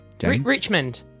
Richmond